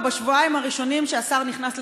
בשבועיים הראשונים שהשר נכנס לתפקידו.